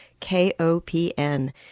KOPN